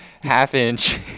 half-inch